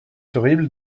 horrible